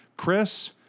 Chris